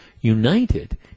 United